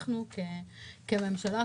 כממשלה,